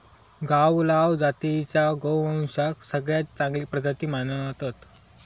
गावलाव जातीच्या गोवंशाक सगळ्यात चांगली प्रजाती मानतत